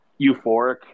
Euphoric